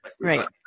Right